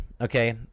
okay